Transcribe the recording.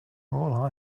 all